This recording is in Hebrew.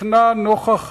נכנע נוכח האיומים.